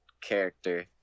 character